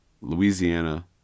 Louisiana